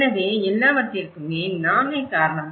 எனவே எல்லாவற்றிற்கும் நாமே காரணம்